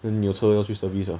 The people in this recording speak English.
then 你有车要去那边 service ah